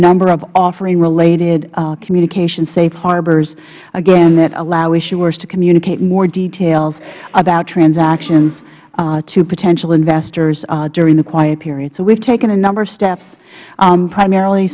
number of offerings related communication safe harbors again that allow issuers to communicate more details about transactions to potential investors during the quiet period so we've taken a number of steps primarily